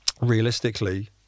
realistically